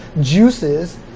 Juices